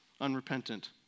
unrepentant